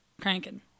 cranking